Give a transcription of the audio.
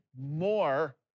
more